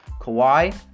Kawhi